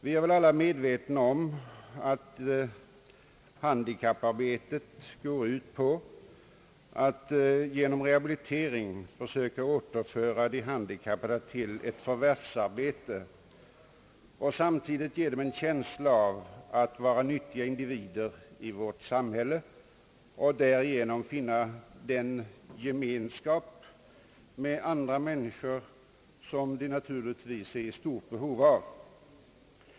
Vi är väl alla medvetna om att handikapparbetet går ut på att genom rehabilitering försöka återföra de handikappade till ett förvärvsarbete och att samtidigt ge dem en känsla av att vara nyttiga individer i vårt samhälle, varigenom de skulle finna den gemenskap med andra människor som de naturligtvis är i stort behov av.